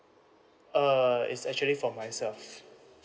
err it's actually for myself